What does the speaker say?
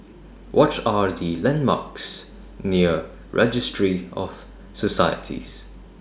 What Are The landmarks near Registry of Societies